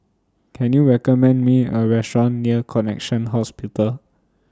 Can YOU recommend Me A Restaurant near Connexion Hospital